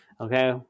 Okay